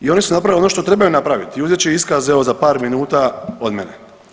I oni su napravili ono što trebaju napraviti i uzet će iskaze evo za par minuta od mene.